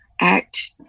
act